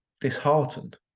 disheartened